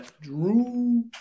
Drew